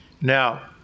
Now